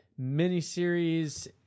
miniseries